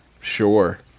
sure